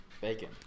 bacon